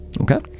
Okay